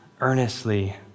earnestly